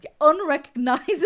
unrecognizable